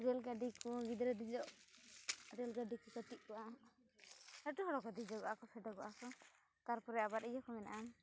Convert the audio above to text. rail ᱜᱟᱹᱰᱤᱠᱚ ᱜᱤᱫᱽᱨᱟᱹ ᱫᱮᱡᱚᱡ ᱨᱮᱞ ᱜᱟᱹᱰᱤᱠᱚ ᱠᱟᱹᱴᱤᱡ ᱠᱚᱣᱟᱜ ᱞᱟᱹᱴᱩ ᱦᱚᱲ ᱦᱚᱸᱠᱚ ᱫᱮᱡᱚᱜᱚ ᱟᱠᱚ ᱯᱷᱮᱰᱚᱜᱚ ᱟᱠᱚ ᱛᱟᱨᱯᱚᱨᱮ ᱟᱵᱟᱨ ᱤᱭᱟᱹᱠᱚ ᱢᱮᱱᱟᱜᱼᱟ